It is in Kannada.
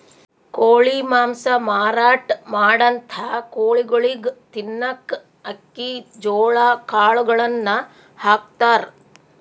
ಕೋಳಿ ಮಾಂಸ ಮಾರಾಟ್ ಮಾಡಂಥ ಕೋಳಿಗೊಳಿಗ್ ತಿನ್ನಕ್ಕ್ ಅಕ್ಕಿ ಜೋಳಾ ಕಾಳುಗಳನ್ನ ಹಾಕ್ತಾರ್